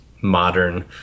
modern